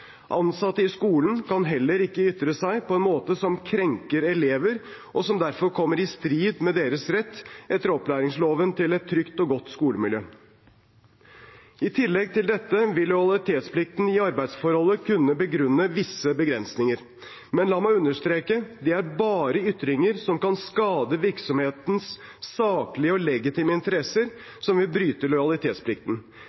Ansatte i skolen kan heller ikke ytre seg på en måte som krenker elever, og som derfor kommer i strid med deres rett etter opplæringsloven til et trygt og godt skolemiljø. I tillegg til dette vil lojalitetsplikten i arbeidsforholdet kunne begrunne visse begrensninger. Men la meg understreke: Det er bare ytringer som kan skade virksomhetens saklige og legitime